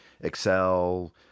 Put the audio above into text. Excel